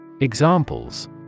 Examples